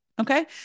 Okay